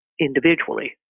individually